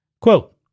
Quote